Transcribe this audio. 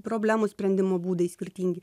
problemų sprendimo būdai skirtingi